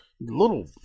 Little